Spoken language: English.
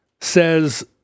Says